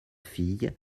fille